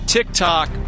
TikTok